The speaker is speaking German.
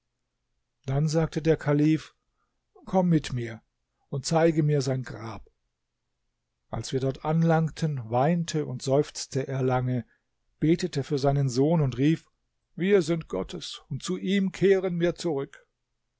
dann sagte der kalif komm mit mir und zeige mir sein grab als wir dort anlangten weinte und seufzte er lange betete für seinen sohn und rief wir sind gottes und zu ihm kehren wir zurück